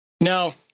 Now